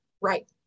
right